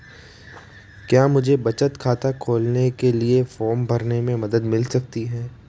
क्या मुझे बचत खाता खोलने के लिए फॉर्म भरने में मदद मिल सकती है?